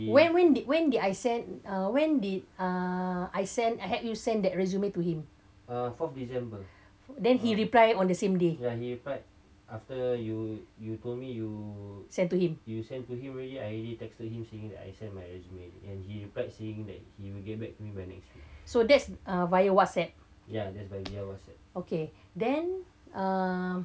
when when did when did I said err when err I send you send that resume to him then he replied on the same day send to him so that's a via whatsapp okay then um